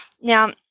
Now